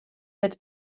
that